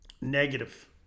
negative